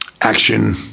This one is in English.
action